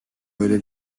böyle